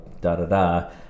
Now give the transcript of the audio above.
da-da-da